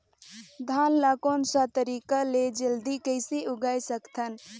धान ला कोन सा तरीका ले जल्दी कइसे उगाय सकथन?